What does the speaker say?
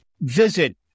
visit